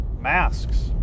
masks